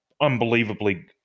unbelievably